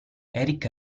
eric